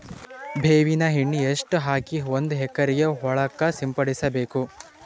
ಬೇವಿನ ಎಣ್ಣೆ ಎಷ್ಟು ಹಾಕಿ ಒಂದ ಎಕರೆಗೆ ಹೊಳಕ್ಕ ಸಿಂಪಡಸಬೇಕು?